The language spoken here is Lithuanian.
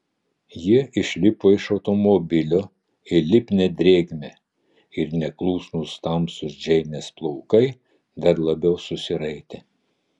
jie išlipo iš automobilio į lipnią drėgmę ir neklusnūs tamsūs džeinės plaukai dar labiau susiraitė